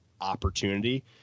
opportunity